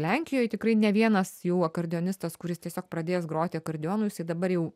lenkijoj tikrai ne vienas jau akordeonistas kuris tiesiog pradėjęs groti akordeonu jisai dabar jau